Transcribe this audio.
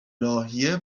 ناحیه